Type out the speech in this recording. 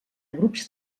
grups